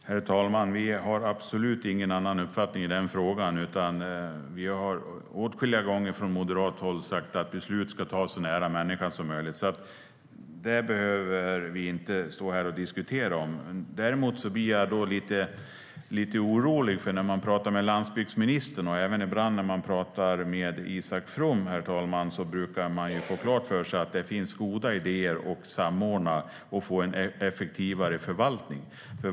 Herr talman! Vi har absolut ingen annan uppfattning i den frågan. Vi har åtskilliga gånger från moderat håll sagt att beslut ska fattas så nära människan som möjligt. Det behöver vi inte stå här och diskutera. Däremot blir jag lite orolig. När man talar med landsbygdsministern, och även ibland när man talar med Isak From, brukar man få klart för sig att det finns goda idéer att samordna och få en effektivare förvaltning.